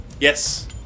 Yes